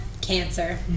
Cancer